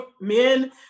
men